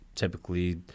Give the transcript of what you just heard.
Typically